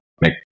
make